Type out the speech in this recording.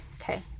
okay